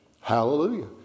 Hallelujah